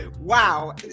wow